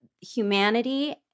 humanity